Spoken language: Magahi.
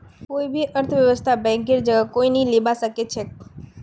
कोई भी अर्थव्यवस्थात बैंकेर जगह कोई नी लीबा सके छेक